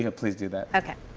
ah please do that. okay.